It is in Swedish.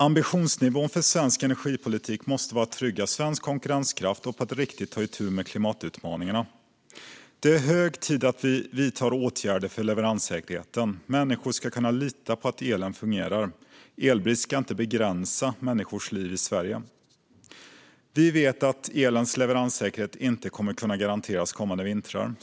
Ambitionsnivån för svensk energipolitik måste vara att trygga svensk konkurrenskraft och att på riktigt ta itu med klimatutmaningarna. Det är hög tid att vi vidtar åtgärder för leveranssäkerheten. Människor ska kunna lita på att elen fungerar. Elbrist ska inte begränsa människors liv i Sverige. Vi vet att elens leveranssäkerhet inte kommer att kunna garanteras kommande vintrar.